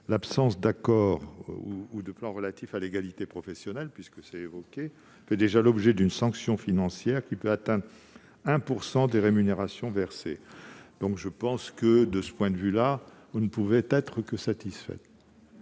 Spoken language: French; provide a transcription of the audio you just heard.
L'absence d'accord ou de plan relatif à l'égalité professionnelle fait déjà l'objet d'une sanction financière, qui peut atteindre 1 % des rémunérations versées. Je pense donc que, de ce point de vue, on ne peut être que satisfait.